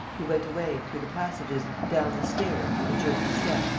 he went away, through the passages, down the stairs, with a jerky step,